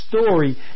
story